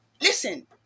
Listen